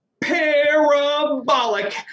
parabolic